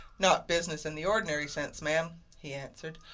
not business in the ordinary sense, ma'am, he answered.